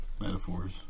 metaphors